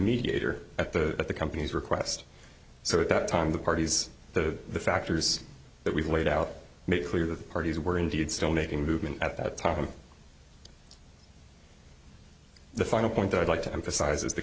mediator at the at the company's request so at that time the parties the factors that we've laid out make clear that the parties were indeed still making movement at that time and the final point i'd like to emphasize